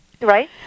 Right